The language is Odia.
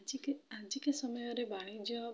ଆଜିକା ଆଜିକା ସମୟରେ ବାଣିଜ୍ୟ